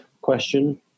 question